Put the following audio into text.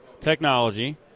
technology